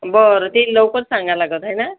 बरं ते लवकर सांगायला लागल हाय ना